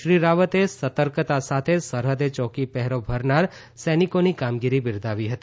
શ્રી રાવતે સતર્કતા સાથે સરહદે યોકી પહેરો ભરનાર સૈનિકોની કામગીરી બીરદાવી હતી